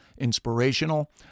inspirational